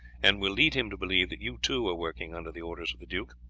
and will lead him to believe that you too are working under the orders of the duke.